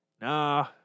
Nah